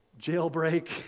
jailbreak